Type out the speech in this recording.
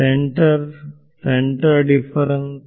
ವಿದ್ಯಾರ್ಥಿ centre centre difference